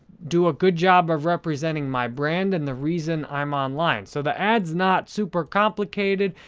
do a good job of representing my brand and the reason i'm online. so, the ad's not super-complicated.